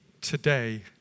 today